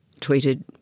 tweeted